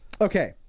okay